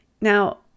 Now